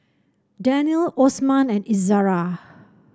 Danial Osman and Izara